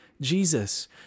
Jesus